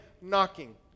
knocking